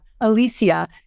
Alicia